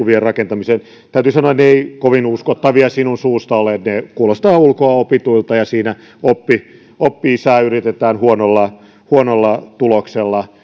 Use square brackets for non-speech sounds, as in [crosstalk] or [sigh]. [unintelligible] vien rakentamiseen täytyy sanoa että ne eivät kovin uskottavia sinun suustasi ole ne kuulostavat ulkoa opituilta ja siinä oppi oppi isää yritetään huonolla huonolla tuloksella [unintelligible]